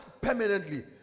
permanently